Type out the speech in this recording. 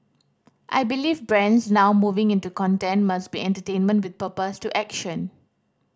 I believe brands now moving into content must be entertainment with purpose to action